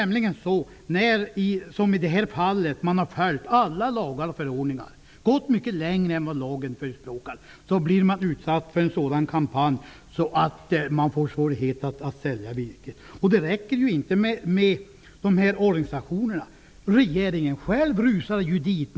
Man har i detta fall följt alla lagar och förordningar och även gått mycket längre än vad lagen föreskriver, men man har ändå blivit utsatt för en sådan kampanj att man får svårigheter att sälja sitt virke. Det räcker inte heller med att dessa organisationer har agerat.